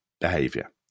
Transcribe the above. behavior